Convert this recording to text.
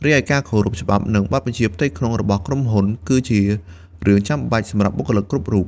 រីឯការគោរពច្បាប់ និងបទបញ្ជាផ្ទៃក្នុងរបស់ក្រុមហ៊ុន គឺជារឿងចាំបាច់សម្រាប់បុគ្គលិកគ្រប់រូប។